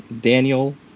Daniel